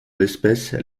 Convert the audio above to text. l’espèce